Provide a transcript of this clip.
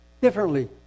differently